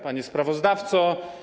Panie Sprawozdawco!